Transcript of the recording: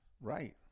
Right